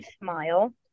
smile